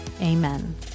Amen